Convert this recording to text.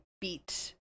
beat